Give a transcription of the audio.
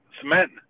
cement